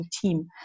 team